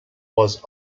was